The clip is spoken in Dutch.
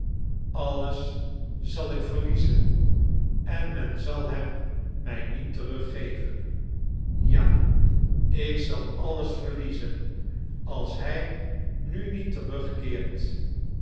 alles zal ik verliezen en men zal hem mij niet teruggeven ja ik zal alles verliezen als hij nu niet terugkeert